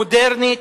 מודרנית,